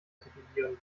titulieren